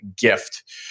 gift